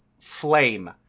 flame